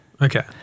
Okay